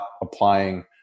applying